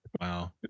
Wow